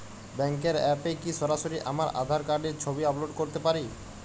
ব্যাংকের অ্যাপ এ কি সরাসরি আমার আঁধার কার্ড র ছবি আপলোড করতে পারি?